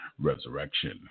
Resurrection